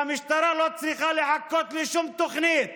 והמשטרה לא צריכה לחכות לשום תוכנית